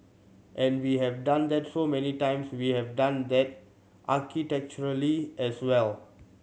and we have done that so many times we have done that architecturally as well